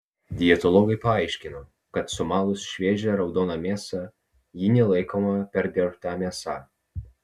dietologai paaiškino kad sumalus šviežią raudoną mėsą ji nelaikoma perdirbta mėsa